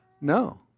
No